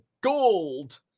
gold